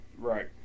Right